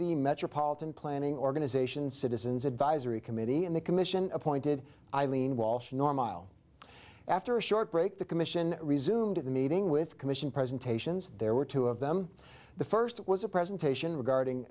the metropolitan planning organization citizens advisory committee and the commission appointed eileen walsh normile after a short break the commission resumed at the meeting with commission presentations there were two of them the first was a presentation regarding